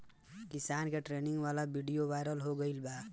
किसान के ट्रेनिंग वाला विडीओ वायरल हो गईल बा